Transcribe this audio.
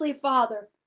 father